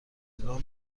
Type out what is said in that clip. نگاه